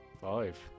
Five